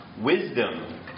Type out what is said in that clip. Wisdom